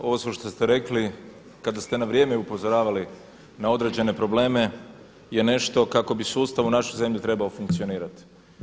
Ovo sve što ste rekli kada ste na vrijeme upozoravali na određene probleme je nešto kako bi sustav u našoj zemlji trebao funkcionirati.